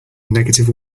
negative